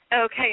Okay